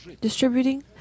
distributing